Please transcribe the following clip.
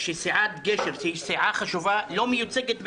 סיעת הליכוד שישה חברים: גדעון סער,